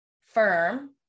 firm